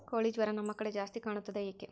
ಕೋಳಿ ಜ್ವರ ನಮ್ಮ ಕಡೆ ಜಾಸ್ತಿ ಕಾಣುತ್ತದೆ ಏಕೆ?